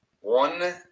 One